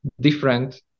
different